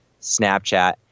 Snapchat